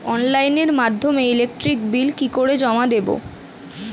অনলাইনের মাধ্যমে electric bill কি করে জমা দেবো?